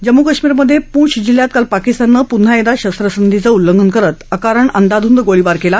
जम्मू कश्मीरमधप्रिंछ जिल्ह्यात काल पाकिस्ताननं पुन्हा एकदा शस्त्रसंधीचं उल्लंघन करत अकारण अंदाधुंद गोळीबार कला